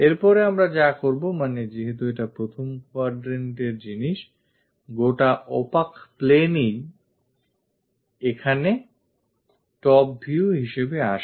এরপরে আমরা যা করবো মানেযেহেতু এটা প্রথম quadrant thing গোটা opaque plane ই এখানে top view হিসেবে আসে